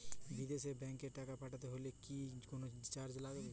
বিদেশের ব্যাংক এ টাকা পাঠাতে হলে কি কোনো চার্জ লাগবে?